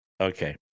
Okay